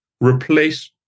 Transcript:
replace